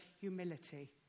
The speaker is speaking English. humility